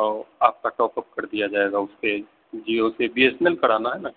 اور آپ کا ٹوپ اپ کر دیا جائے گا اس پہ جیو سے بی ایس این ایل کرانا ہے نا